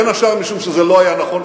בין השאר משום שזה לא היה נכון,